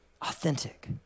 authentic